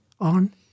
on